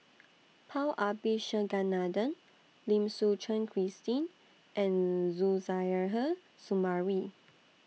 Paul Abisheganaden Lim Suchen Christine and Suzairhe Sumari